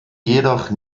jedoch